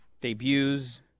Debuts